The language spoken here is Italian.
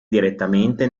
direttamente